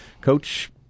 Coach